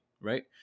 right